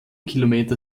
kilometer